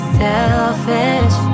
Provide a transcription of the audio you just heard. selfish